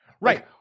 right